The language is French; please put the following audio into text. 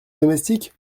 domestique